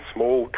Small